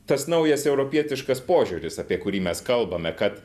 tas naujas europietiškas požiūris apie kurį mes kalbame kad